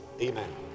Amen